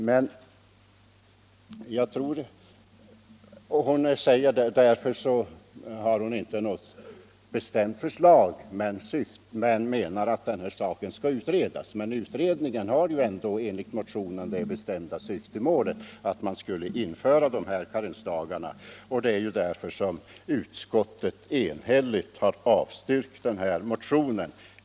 Därför har fru Lindquist inte något bestämt förslag utan menar att den här saken borde utredas, men utredningen skulle ju enligt motionen ha det bestämda syftet att man skulle införa karensdagar. Därför har utskottet enhälligt avstyrkt motionen.